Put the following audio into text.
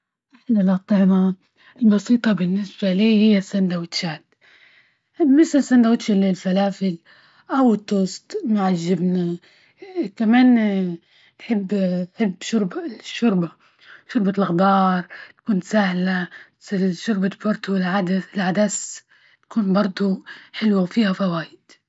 أحلى الطعمة البسيطة بالنسبة لي، هي السندوتشات مثل سندوتش الفلافل أو التوست مع الجبنة، كمان نحب- نحب شرب الشوربة، شوربة الخضار تكون سهلة، شوربة بورتو والعدس- العدس تكون برضه حلوة وفيها فوائد.